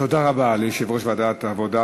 תודה רבה ליושב-ראש ועדת העבודה,